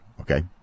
Okay